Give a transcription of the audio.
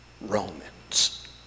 Romans